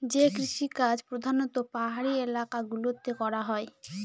যে কৃষিকাজ প্রধানত পাহাড়ি এলাকা গুলোতে করা হয়